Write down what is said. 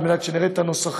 על מנת שנראה את הנוסחים,